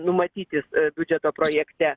numatyti biudžeto projekte